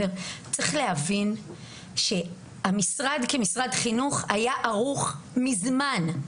צריך להבין שהמשרד כמשרד חינוך היה ערוך מזמן.